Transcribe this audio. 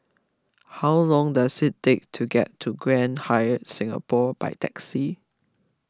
how long does it take to get to Grand Hyatt Singapore by taxi